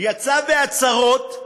יצא בהצהרות: